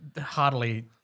hardly